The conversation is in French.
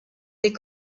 des